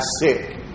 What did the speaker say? sick